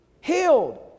healed